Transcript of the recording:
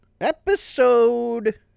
Episode